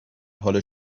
حال